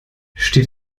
steht